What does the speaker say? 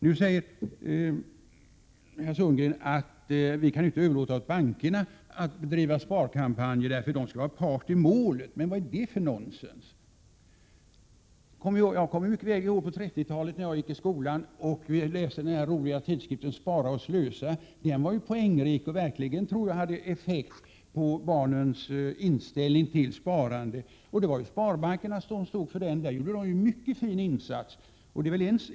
Nu säger herr Sundgren att vi inte kan överlåta åt bankerna att bedriva sparkampanjer, eftersom de skulle vara part i målet. Vad är det för nonsens? Jag kommer mycket väl ihåg hur det var på 30-talet, när jag gick i skolan och 173 läste den roliga tidskriften Lyckoslanten med serien Spara och Slösa, som verkligen var poängrik och, tror jag, hade effekt på barns inställning till sparande. Det var sparbankerna som stod för den, och där gjorde de en mycket fin insats.